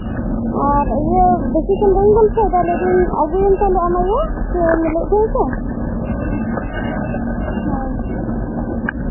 ᱟᱨ ᱵᱮᱥᱤᱠᱷᱚᱱ ᱵᱟᱹᱧ ᱜᱚᱞᱯᱷᱚᱭᱫᱟ ᱞᱟᱹᱭ ᱫᱟᱹᱧ ᱟᱹᱜᱩᱭᱮᱢ ᱛᱟᱦᱚᱞᱮ ᱟᱢ ᱟᱭᱳ ᱞᱟᱹᱭᱟᱜ ᱛᱟᱦᱮᱜ ᱥᱮ ᱦᱮᱸ ᱦᱳᱭ